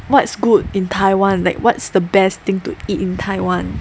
what's good in Taiwan like what's the best thing to eat in Taiwan